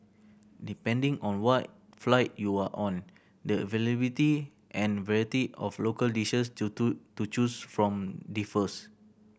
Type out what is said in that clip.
depending on what flight you are on the availability and variety of local dishes to choose from differs